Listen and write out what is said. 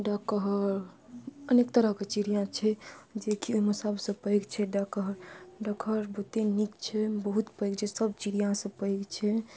डकहर अनेक तरहके चिड़िआ छै जेकि ओहिमे सबसँ पैघ छै डकहर डकहर बहुते नीक छै बहुत पैघ छै सब चिड़िआ सऽ पैघ छै